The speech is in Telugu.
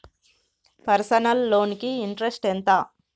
పర్సనల్ లోన్ కి ఇంట్రెస్ట్ ఎంత?